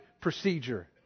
procedure